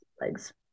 legs